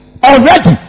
Already